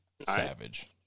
savage